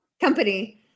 company